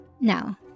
Now